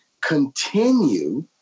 continue